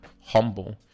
humble